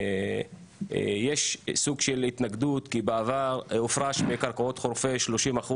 יש סוג של התנגדות כי בעבר הופרש מקרקעות חורפיש 30%